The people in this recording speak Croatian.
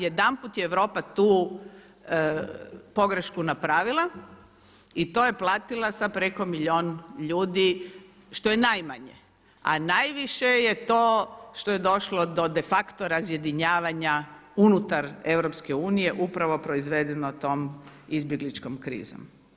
Jedanput je Europa tu pogrešku napravila i to je platila sa preko milijun ljudi što je najmanje, a najviše je to što je došlo do de facto razjedinjavanja unutar EU upravo proizvedeno tom izbjegličkom krizom.